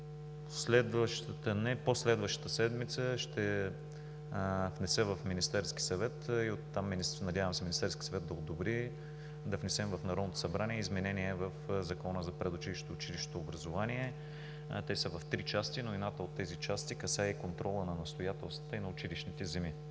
първи клас. По-следващата седмица ще внеса в Министерския съвет и надявам се Министерският съвет да одобри да внесем в Народното събрание изменения в Закона за предучилищното и училищното образование. Те са в три части, но едната от тези части касае и контрола на настоятелствата и на училищните земи.